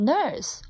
Nurse